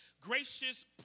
gracious